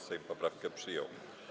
Sejm poprawkę przyjął.